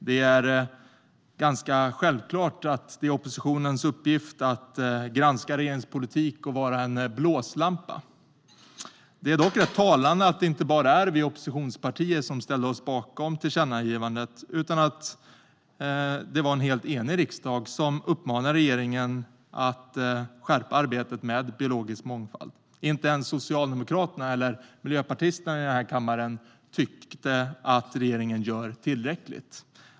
Det är ganska självklart att det är oppositionens uppgift att granska regeringens politik och vara en blåslampa. Det är dock rätt talande att det inte bara är vi oppositionspartier som ställer oss bakom tillkännagivandet. Det var en helt enig riksdag som uppmanade regeringen att skärpa arbetet med biologisk mångfald. Inte ens socialdemokraterna eller miljöpartisterna i den här kammaren tyckte att regeringen gjorde tillräckligt.